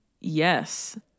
Yes